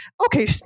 okay